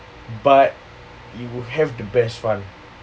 but you have the best fun